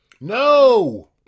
no